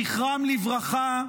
זכרם לברכה,